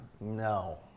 No